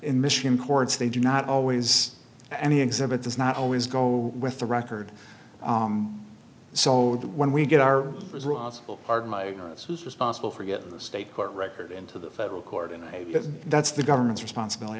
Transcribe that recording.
in michigan courts they do not always and the exhibits is not always go with the record so when we get our pardon my ignorance is responsible for getting the state court record into the federal court and that's the government's responsibility